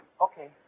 Okay